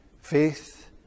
Faith